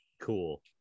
Cool